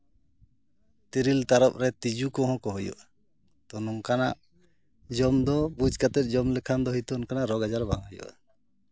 ᱛᱤᱨᱤᱞ ᱛᱟᱨᱚᱯ ᱨᱮ ᱛᱤᱡᱩ ᱠᱚᱦᱚᱸ ᱠᱚ ᱦᱩᱭᱩᱜᱼᱟ ᱱᱚᱝᱠᱟᱱᱟᱜ ᱡᱚᱢ ᱫᱚ ᱵᱩᱡ ᱠᱟᱛᱮᱫ ᱡᱚᱢ ᱞᱮᱠᱷᱟᱱ ᱫᱚ ᱦᱳᱭᱛᱳ ᱚᱱᱠᱟᱱᱟᱜ ᱨᱳᱜᱽ ᱟᱡᱟᱨ ᱵᱟᱝ ᱦᱩᱭᱩᱜᱼᱟ